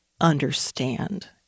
understand